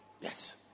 Yes